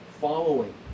following